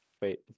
Wait